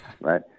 right